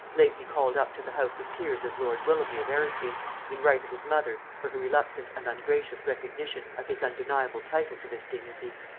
lately called up to the house of peers as lord willoughby of eresby in right of his mother, for her reluctant and ungracious recognition of his undeniable title to this dignity.